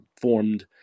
formed